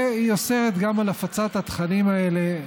והיא אוסרת גם על הפצת התכנים האלה,